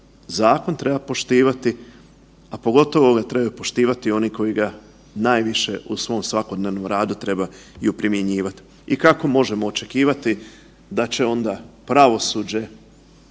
zakon treba poštivati, a pogotovo ga trebaju poštivati oni koji ga najviše u svom svakodnevnom radu trebaju primjenjivati. I kako možemo očekivati da će onda pravosuđe